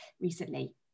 recently